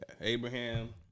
Abraham